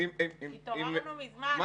התעוררנו מזמן, קרעי.